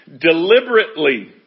deliberately